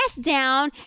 down